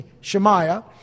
Shemaiah